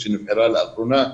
שנבחרה לאחרונה,